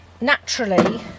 naturally